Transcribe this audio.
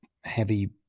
heavy